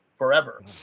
Forever